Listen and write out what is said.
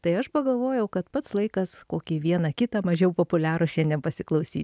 tai aš pagalvojau kad pats laikas kokį vieną kitą mažiau populiarų šiandien pasiklausyti